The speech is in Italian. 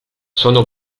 sono